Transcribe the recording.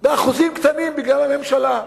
באחוזים קטנים בגלל הממשלה,